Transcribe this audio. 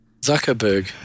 Zuckerberg